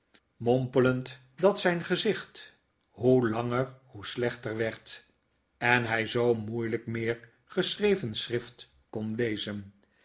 mompelend dat zijn gezicht hoe langer zoo slechter werd en h zoo moeielp meer geschreven schrift kon lezen